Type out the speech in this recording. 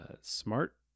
Smart